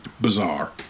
bizarre